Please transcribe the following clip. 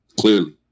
Clearly